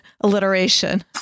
alliteration